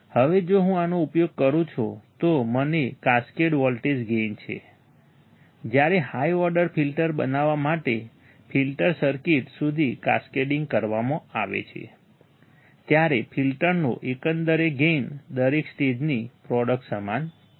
હવે જો હું આનો ઉપયોગ કરું છું તો મને કાસ્કેડ વોલ્ટેજ ગેઇન છે જ્યારે હાઈ ઓર્ડર ફિલ્ટર બનાવવા માટે ફિલ્ટર સર્કિટ સુધી કાસ્કેડિંગ કરવામાં આવે છે ત્યારે ફિલ્ટરનો એકંદરે ગેઇન દરેક સ્ટેજની પ્રોડક્ટ સમાન છે